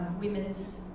women's